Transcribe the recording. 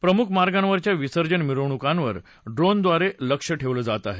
प्रमुख मार्गावरच्या विसर्जन मिरवणुकांवर ड्रोनद्वारे लक्ष ठेवलं जात आहे